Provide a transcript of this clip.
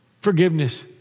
Forgiveness